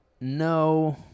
No